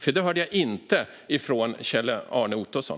Detta hörde jag inte från Kjell-Arne Ottosson.